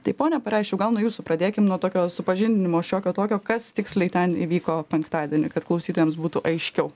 tai pone pareščiau gal nuo jūsų pradėkim nuo tokio supažindinimo šiokio tokio kas tiksliai ten įvyko penktadienį kad klausytojams būtų aiškiau